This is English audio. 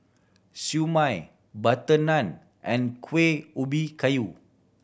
Siew Mai butter naan and Kuih Ubi Kayu